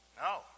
No